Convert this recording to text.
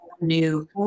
new